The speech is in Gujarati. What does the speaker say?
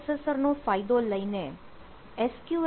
અનેક પ્રોસેસરનો ફાયદો લઈને એસ